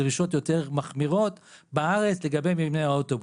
דרישות יותר מחמירות לגבי מבנה האוטובוס.